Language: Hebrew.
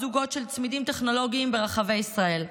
זוגות של צמידים טכנולוגיים ברחבי ישראל.